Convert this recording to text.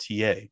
TA